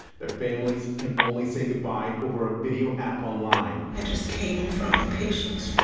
the families can only say good-bye over a video app online and just came from ah